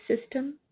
system